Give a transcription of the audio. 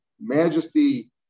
majesty